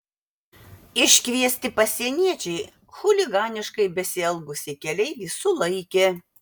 iškviesti pasieniečiai chuliganiškai besielgusį keleivį sulaikė